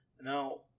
Now